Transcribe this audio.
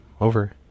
over